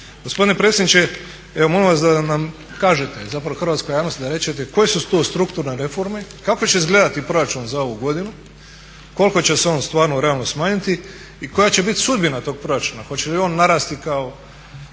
Gospodine predsjedniče, evo molim vas da nam kažete, zapravo hrvatskoj javnosti da rečete koje su to strukturne reforme, kako će izgledati proračun za ovu godinu, koliko će se on stvarno realno smanjiti i koja će biti sudbina tog proračuna, hoće li on narasti kao